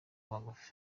magufi